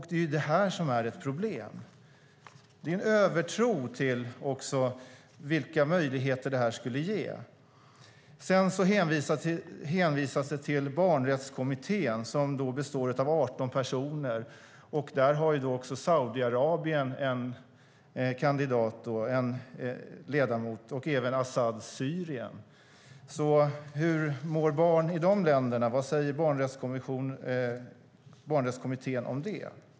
Det är det här som är ett problem - övertron på vilka möjligheter detta skulle ge. Sedan hänvisas det till barnrättskommittén som består av 18 personer. Där har också Saudiarabien en ledamot liksom Assads Syrien. Hur mår barn i de länderna? Vad säger barnrättskommittén om det?